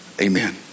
amen